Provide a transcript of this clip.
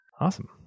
Awesome